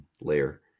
layer